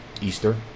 Easter